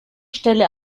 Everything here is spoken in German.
stelle